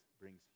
brings